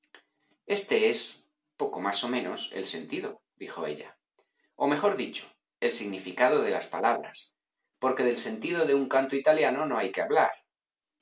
este es poco más o menos el sentidodijo ella o mejor dicho el significado de las palabras porque del sentido de un canto italiano no hay que hablar